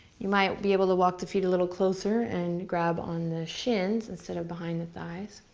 you might be able to walk the feet a little closer and grab on the shins instead of behind the thighs.